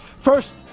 First